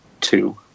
Two